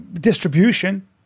distribution